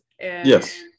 Yes